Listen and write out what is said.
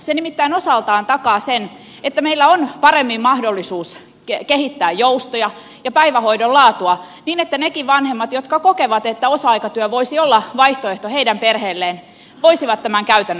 se nimittäin osaltaan takaa sen että meillä on paremmin mahdollisuus kehittää joustoja ja päivähoidon laatua niin että nekin vanhemmat jotka kokevat että osa aikatyö voisi olla vaihtoehto heidän perheelleen voisivat tämän käytännössä toteuttaa